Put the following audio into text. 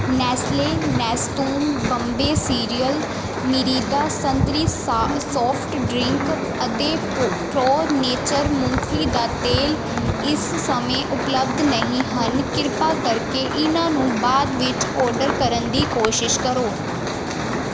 Nestle Nestum baby cereal Mirinda ਸੰਤਰੀ ਸਾ soft drink ਅਤੇ ਪ੍ਰੋ ਨੇਚਰ ਮੂੰਗਫਲੀ ਦਾ ਤੇਲ ਇਸ ਸਮੇਂ ਉਪਲੱਬਧ ਨਹੀਂ ਹਨ ਕ੍ਰਿਪਾ ਕਰਕੇ ਇਹਨਾਂ ਨੂੰ ਬਾਅਦ ਵਿੱਚ ਔਡਰ ਕਰਨ ਦੀ ਕੋਸ਼ਿਸ਼ ਕਰੋ